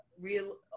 real